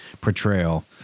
portrayal